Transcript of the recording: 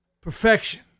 perfection